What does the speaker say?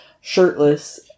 shirtless